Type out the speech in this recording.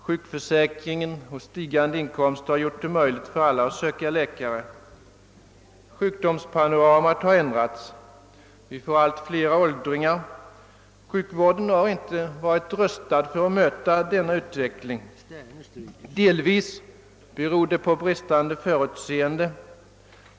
Sjukförsäkringen och stigande inkomster har gjort det möjligt för alla att söka läkare. Sjukdomspanoramat har ändrats. Vi får allt flera åldringar. Sjukvården har inte varit rustad att möta denna utveckling. Delvis beror detta på bristande förutseende.